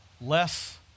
less